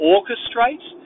Orchestrate